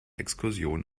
exkursion